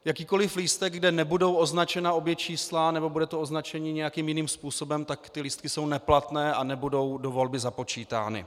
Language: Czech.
Jakýkoli lístek, kde nebudou označena obě čísla nebo bude to označení nějakým jiným způsobem, ty lístky jsou neplatné a nebudou do volby započítány.